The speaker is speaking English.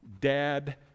Dad